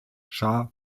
schah